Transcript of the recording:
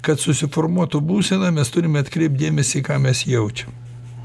kad susiformuotų būsena mes turime atkreipt dėmesį į ką mes jaučiam